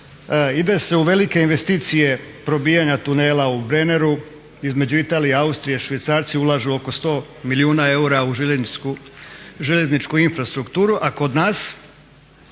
Ide se u velike investicije probijanja tunela u Brenneru. Između Italije i Austrije Švicarci ulažu oko 100 milijuna eura u željezničku infrastrukturu. A kod nas